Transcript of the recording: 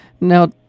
Now